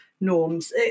norms